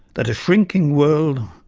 that a shrinking world,